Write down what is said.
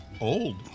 Old